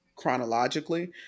chronologically